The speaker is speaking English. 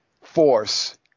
force –